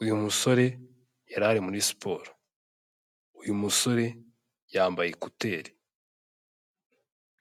uyu musore yarari muri siporo, uyu musore yambaye ekuteri.